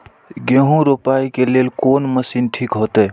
गेहूं रोपाई के लेल कोन मशीन ठीक होते?